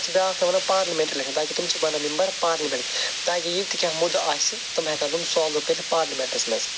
بیاکھ چھ تتھ ونان پارلِمیٚنٹ الیٚکشَن تاکہ تِم چھِ بَنان مِمبَر پارلِمیٚنٹک تاکہ یہِ تہِ کینٛہہ مُدٕ آسہِ تم ہیٚکن تم سالو کٔرِتھ پارلِمیٚنٹَس مَنٛز